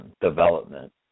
development